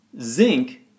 Zinc